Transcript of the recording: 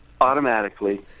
automatically